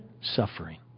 suffering